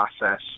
process